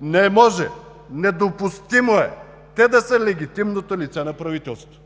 Не може, недопустимо е те да са легитимното лице на правителството!